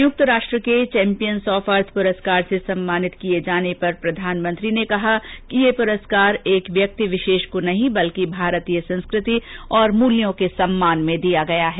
संयुक्त राष्ट्र के चौम्पियंस ऑफ अर्थ पुरस्कार से सम्मानित किए जाने पर श्री मोदी ने कहा कि यह पुरस्कारएक व्यक्ति विशेष को नहीं बल्कि भारतीयसंस्कृति और मूल्यों के सम्मान में दिया गया है